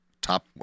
top